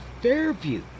Fairview